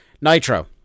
Nitro